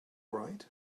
right